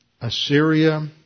Assyria